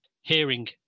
hearing